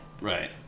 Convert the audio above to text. Right